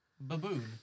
Baboon